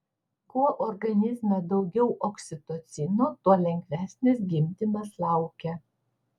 kuo organizme daugiau oksitocino tuo lengvesnis gimdymas laukia